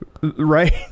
right